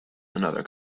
another